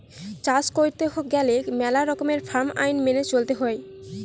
চাষ কইরতে গেলে মেলা রকমের ফার্ম আইন মেনে চলতে হৈ